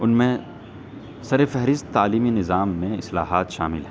ان میں سر فہرست تعلیمی نظام میں اصلاحات شامل ہیں